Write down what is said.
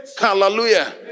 hallelujah